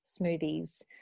smoothies